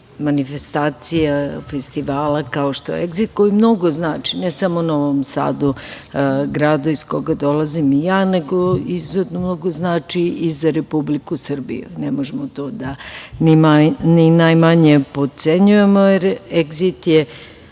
manifestacija, festivala kao što je „Egzit“, koji mnogo znači, ne samo Novom Sadu, gradu iz koga dolazim i ja, nego izuzetno znači i za Republiku Srbiju, ne možemo to da ni najmanje potcenjujemo, jer „Egzit“ je